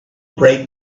bright